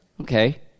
Okay